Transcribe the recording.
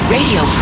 Radio